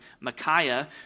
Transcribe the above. Micaiah